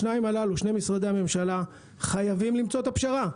שני משרדי הממשלה הללו חייבים למצוא את הפשרה.